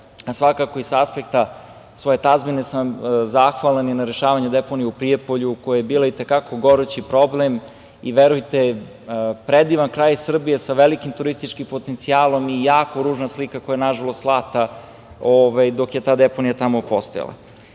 svakako i sa aspekta svoje tazbine sam zahvalan na rešavanju deponije u Prijepolju, koje je bila i te kako gorući problem. Verujte, predivan kraj Srbije sa velikim turističkim potencijalom i jako ružna slika koja je, nažalost, slata dok je ta deponija tamo postojala. Govorimo